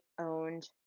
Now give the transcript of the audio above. owned